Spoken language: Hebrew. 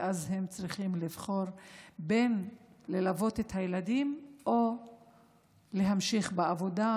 ואז הם צריכים לבחור בין ללוות את הילדים לבין להמשיך בעבודה,